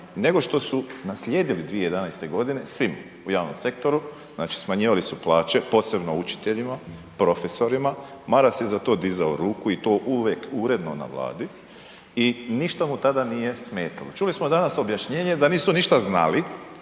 nego što su naslijedili 2011. g. svima u javnom sektoru, znači smanjivali su plaće, posebno učiteljima, profesorima, Maras je za to dizao ruku i to uvijek uredno na Vladi i ništa mu tada nije smetalo. Čuli smo danas objašnjenje da nisu ništa znali,